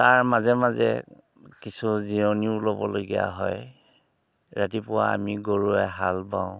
তাৰ মাজে মাজে কিছু জিৰণিও ল'বলগীয়া হয় ৰাতিপুৱা আমি গৰুৰে হাল বাওঁ